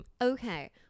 Okay